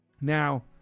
Now